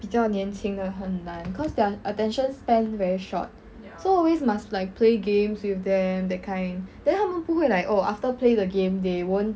比较年轻的很难 cause their attention span very short so always must like play games with them that kind then 他们不会 like oh after play the game they won't